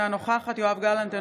אינה נוכחת יואב גלנט,